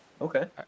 Okay